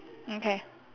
okay